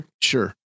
Sure